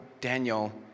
Daniel